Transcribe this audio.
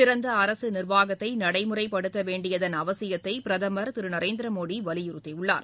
சிறந்த அரசு நிர்வாகத்தை நடைமுறைப்படுத்த வேண்டியதன் அவசியத்தை பிரதமர் திரு நரேந்திர மோடி வலியுறுத்தியுள்ளார்